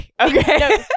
okay